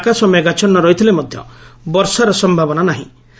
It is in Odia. ତେଣୁ ଆକାଶ ମେଘାଛନ୍ନ ରହିଥିଲେ ମଧ ବର୍ଷାର ସମ୍ଭାବନା ନାହି